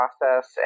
process